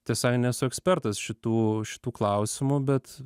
tiesą sakant nesu ekspertas šitų šitų klausimų bet